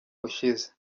ushize